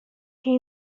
hie